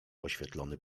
oświetlony